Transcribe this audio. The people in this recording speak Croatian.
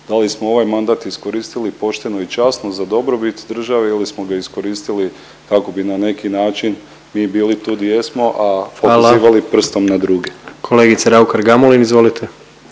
da li smo ovaj mandat iskoristili pošteno i časno za dobrobit države ili smo ga iskoristili kako bi na neki način mi bili tu di jesmo … …/Upadica predsjednik: Hvala./… … a pokazivali